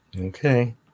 okay